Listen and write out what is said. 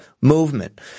movement